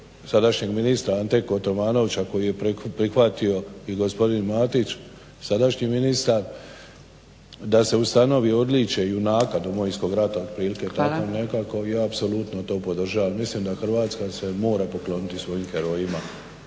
sadašnjeg ministra Ante KOtromanovića koji je prihvatio i gospodin Matić sadašnji ministar da se ustanovi odličje junaka Domovinskog rata otprilike tako nekako i apsolutno to podržavam. Mislim da se Hrvatska mora pokloniti svojim herojima.